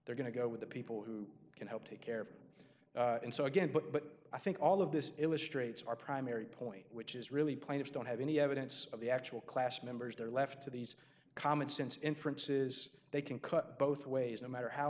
they're going to go with the people who can help take care and so again but i think all of this illustrates our primary point which is really plaintiffs don't have any evidence of the actual class members they're left to these common sense inferences they can cut both ways no matter how